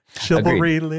Chivalry